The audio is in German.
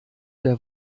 der